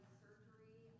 surgery